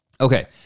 Okay